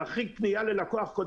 להחריג פנייה ללקוח קוד,